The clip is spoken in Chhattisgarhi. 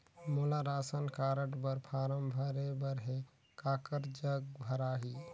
मोला राशन कारड बर फारम भरे बर हे काकर जग भराही?